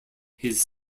his